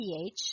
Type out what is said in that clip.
pH